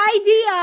Idea